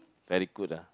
very good ah